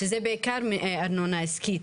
כשזה בעיקר מארנונה עסקית,